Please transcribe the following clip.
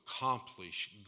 accomplish